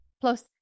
Plus